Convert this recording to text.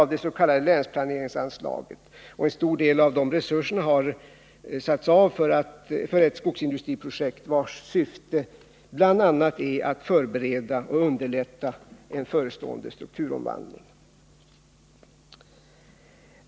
av det s.k. länsplaneringsanslaget. En stor del av de resurserna har satts av för ett skogsindustriprojekt, vars syfte bl.a. är att förbereda och underlätta en förestående strukturomvandling.